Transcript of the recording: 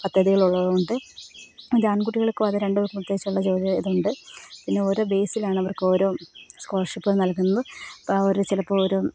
പദ്ധതികളുള്ളതുകൊണ്ട് അത് ആൺകുട്ടികൾക്കും അത് രണ്ടും പ്രത്യേകിച്ചുള്ള ജോലി ആയതുകൊണ്ട് പിന്നെ ഓരോ ബേസിലാണ് അവർക്ക് ഓരോ സ്കോളർഷിപ്പ് നൽകുന്നത് അപ്പോൾ ഓരോ ചിലപ്പോൾ ഓരോ